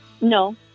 No